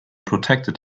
protected